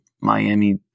Miami